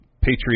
Patriot